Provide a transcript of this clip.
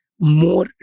more